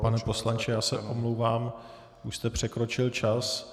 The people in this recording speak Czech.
Pane poslanče, já se omlouvám, už jste překročil čas.